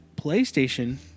PlayStation